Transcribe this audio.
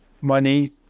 money